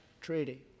Treaty